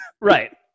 Right